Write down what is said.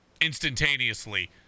instantaneously